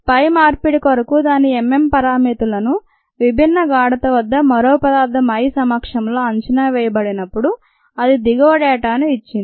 పై మార్పిడి కొరకు దాని M M పరామితులను విభిన్న గాఢతవద్ద మరో పదార్థం I సమక్షంలో అంచనా వేయబడినప్పుడు ఇది దిగువ డేటాను ఇచ్చింది